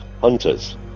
hunters